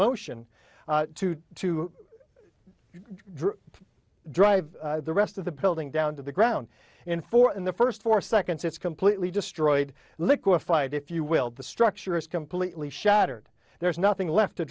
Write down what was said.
motion today too drive the rest of the building down to the ground in four in the first four seconds it's completely destroyed liquefied if you will the structure is completely shattered there is nothing left to